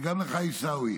וגם לך, עיסאווי,